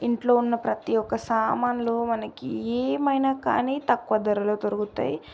ఇంట్లో ఉన్న ప్రతి ఒక్క సామాన్లు మనకి ఏమైనా కానీ తక్కువ ధరలో దొరుకుతాయి